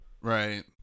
Right